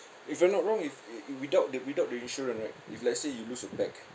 if I'm not wrong if i~ without the without the insurance right if let's say you lose a bag